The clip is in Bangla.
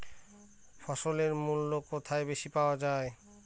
ফসলের মূল্য কোথায় বেশি পাওয়া যায়?